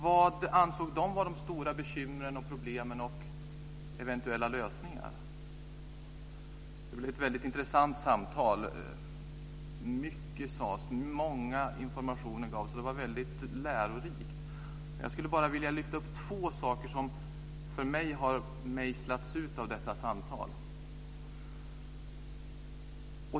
Vad ansåg de vara de stora bekymren och problemen - och eventuella lösningar? Det blev ett väldigt intressant samtal. Mycket sades, och många informationer gavs. Det var väldigt lärorikt. Jag skulle vilja lyfta upp två saker som för mig har mejslats ut ur detta samtal.